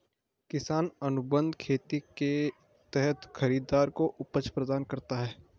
किसान अनुबंध खेती के तहत खरीदार को उपज प्रदान करता है